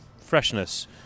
freshness